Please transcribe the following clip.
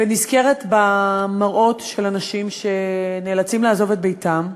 ונזכרת במראות של אנשים שנאלצים לעזוב את ביתם,